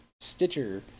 Stitcher